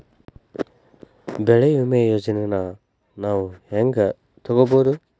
ಬೆಳಿ ವಿಮೆ ಯೋಜನೆನ ನಾವ್ ಹೆಂಗ್ ತೊಗೊಬೋದ್?